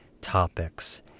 topics